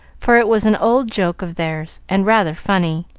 for it was an old joke of theirs, and rather funny.